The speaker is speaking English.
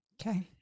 Okay